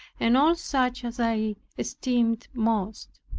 and all such as i esteemed most.